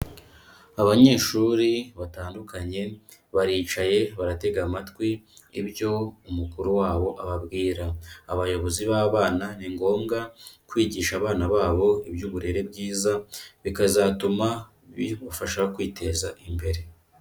Abanyeshuri batandukanye baricaye baratega amatwi ibyo umukuru wabo ababwira, abayobozi b'abana ni ngombwa kwigisha abana babo iby'uburere bwiza bikazatuma bibafasha kwiteza imbere.